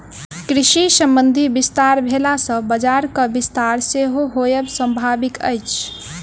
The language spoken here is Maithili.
कृषि संबंधी विस्तार भेला सॅ बजारक विस्तार सेहो होयब स्वाभाविक अछि